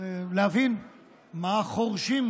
להבין מה חורשים,